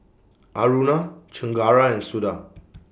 Aruna Chengara and Suda